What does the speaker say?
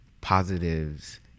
positives